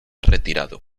retirado